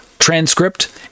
transcript